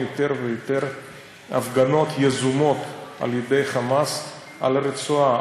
יותר ויותר הפגנות יזומות על ידי "חמאס" ברצועה,